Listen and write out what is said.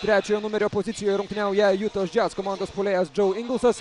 trečiojo numerio pozicijoje rungtyniauja jutos jazz komandos puolėjas džiau ingilsas